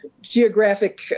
geographic